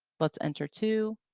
let's enter two.